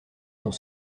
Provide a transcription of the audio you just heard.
dans